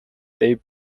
they